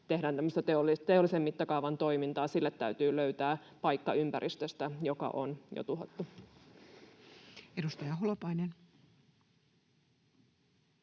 teollisen mittakaavan toimintaa, sille täytyy löytää paikka ympäristöstä, joka on jo tuhottu. [Speech